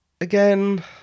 again